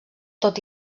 tot